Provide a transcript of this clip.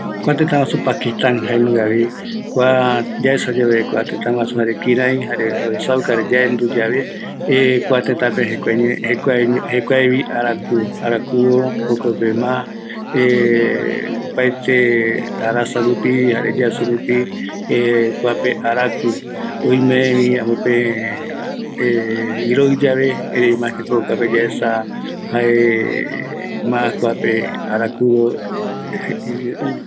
kua Pakistan jaenungavi, kua yaesave kua tëtä guasu jare kiräi oesauka jare yaendu yave kua tätäpe jekuaevi araku, arakuvo jokope ma opaete arasa rupi, jare yasï rupi kuape araku, oimevi amopee,,,,,,iroï yave, mas que todo kuape yaesa jaee mas kuape arakuvo.